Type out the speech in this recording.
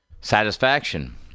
satisfaction